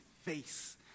face